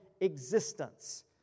existence